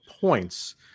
points